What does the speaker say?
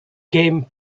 game